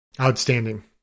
Outstanding